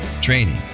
training